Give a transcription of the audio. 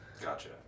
Gotcha